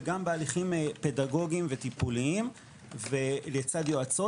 וגם בהליכים פדגוגיים וטיפוליים לצד יועצות